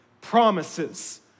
promises